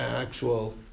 actual